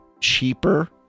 cheaper